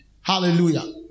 Hallelujah